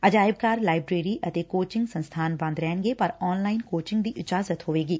ਅਜਾਇਬ ਘਰ ਲਾਇਬਰੇਰੀ ਅਤੇ ਕੋਚਿੰਗ ਸੰਸਬਾਨ ਬੰਦ ਰਹਿਣਗੇ ਪਰ ਆਨਲਾਈਨ ਕੋਚਿੰਗ ਦੀ ਇਜਾਜ਼ਤ ਹੋਵੇਗੀ